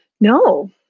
No